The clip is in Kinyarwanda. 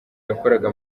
yakoraga